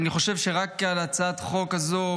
אני חושב שרק על הצעת החוק הזאת,